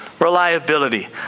Reliability